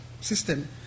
system